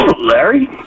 Larry